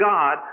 God